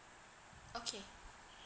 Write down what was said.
okay